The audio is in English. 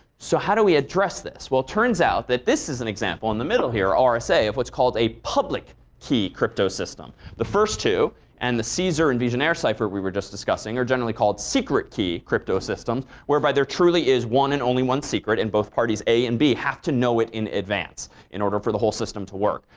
so how do we address this? well, it turns out that this is an example in the middle here, rsa, of what's called a public key cryptosystem. the first two and the caesar and vigenere cipher we were just discussing are generally called secret key cryptosystems whereby there truly is one and only one secret and both parties, a and b, have to know it in advance in order for the whole system to work.